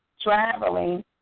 traveling